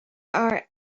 are